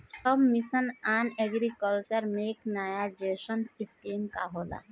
सब mission on agriculture mechanisation scheme का होला?